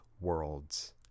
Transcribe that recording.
worlds